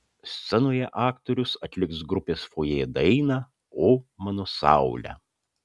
scenoje aktorius atliks grupės fojė dainą o mano saule